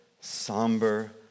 somber